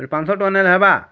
ପାଞ୍ଚଶହ ଟଙ୍କା ନେଲେ ହେବା